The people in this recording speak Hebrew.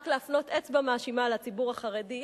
רק להפנות אצבע מאשימה לציבור החרדי,